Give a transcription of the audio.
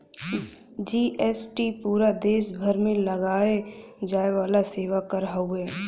GST पूरा देस भर में लगाये जाये वाला सेवा कर हउवे